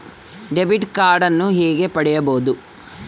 Debit ಕಾರ್ಡನ್ನು ಹೇಗೆ ಪಡಿಬೋದು?